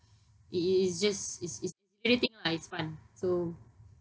it it it's just it's it's lah it's fun so